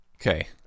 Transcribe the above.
Okay